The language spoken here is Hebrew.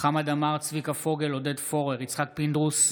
חמד עמאר, צביקה פוגל, עודד פורר, יצחק פינדרוס,